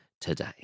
today